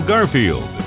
Garfield